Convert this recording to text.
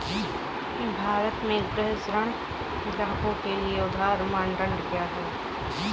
भारत में गृह ऋण ग्राहकों के लिए उधार मानदंड क्या है?